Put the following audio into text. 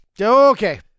Okay